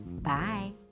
Bye